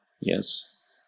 yes